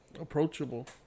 approachable